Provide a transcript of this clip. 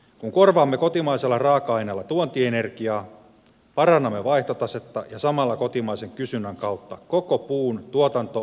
kun korvaamme kotimaisella raaka aineella tuonti energiaa parannamme vaihtotasetta ja samalla kotimaisen kysynnän kautta koko puun tuotanto ja jalostusketjua